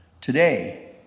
today